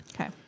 Okay